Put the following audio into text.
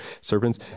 serpents